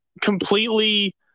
completely